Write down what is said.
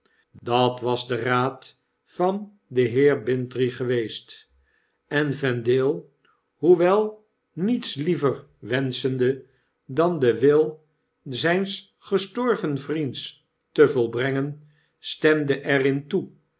dat was de raad van den heer bintrey geweest en vendale hoewel niets liever wenschende dan den wil zijns gestorven vriends te volbrengen stemde er in toe